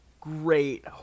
great